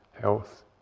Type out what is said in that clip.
health